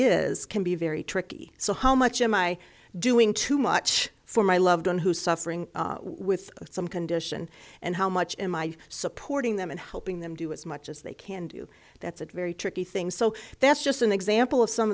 is can be very tricky so how much am i doing too much for my loved one who's suffering with some condition and how much am i supporting them and helping them do as much as they can do that's a very tricky thing so that's just an example of some